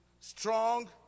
strong